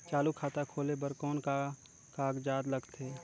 चालू खाता खोले बर कौन का कागजात लगथे?